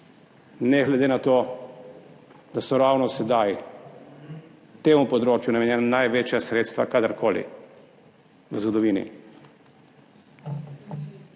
ne glede na to, da so ravno sedaj temu področju namenjena največja sredstva kadarkoli v zgodovini.